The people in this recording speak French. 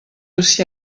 aussi